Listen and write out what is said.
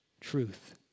truth